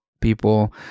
People